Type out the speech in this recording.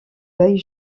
l’œil